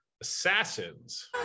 assassins